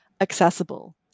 accessible